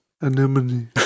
Anemone